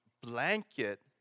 blanket